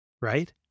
right